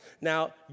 Now